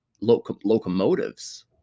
locomotives